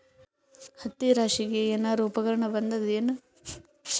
ಹತ್ತಿ ರಾಶಿಗಿ ಏನಾರು ಉಪಕರಣ ಬಂದದ ಏನು?